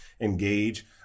engage